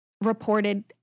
reported